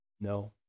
No